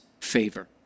favor